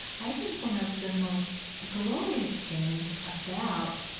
i think one of the most glorious things about